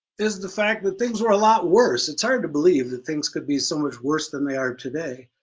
is the fact that things were a lot worse. it's hard to believe that things could be so much worse than they are today,